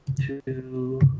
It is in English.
Two